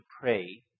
pray